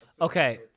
Okay